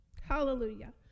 Hallelujah